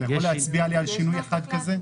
אתה יכול להצביע לי על שינוי אחד כזה?